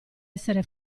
essere